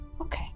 okay